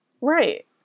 Right